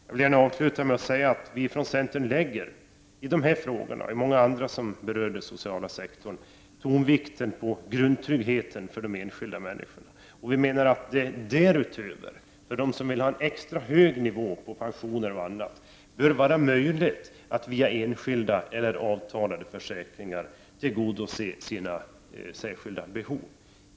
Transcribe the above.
Jag vill gärna avsluta med att säga att vi från centern i dessa frågor och i många andra frågor som berör den sociala sektorn lägger tonvikten på grundtryggheten för de enskilda människorna. Vi menar att det därutöver, för dem som vill ha en extra hög nivå på pensioner och annat, bör vara möjligt att via enskilda eller avtalade försäkringar tillgodose sina hov.